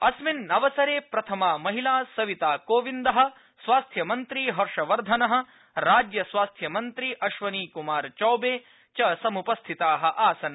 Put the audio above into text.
अस्मिन्नवसरे प्रथमा महिला सविता कोविन्द स्वास्थ्यमन्त्री हर्षवर्धन राज्यस्वास्थ्य मन्त्री अश्वनीकमार चौबे च सम्पस्थिता आसन्